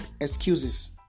excuses